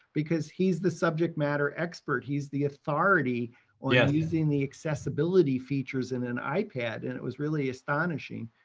because he's the subject matter expert, he's the authority on yeah using the accessibility features in an ipad and it was really astonishing.